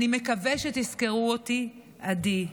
מקווה שתזכרו אותי, עדי".